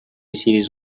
ciris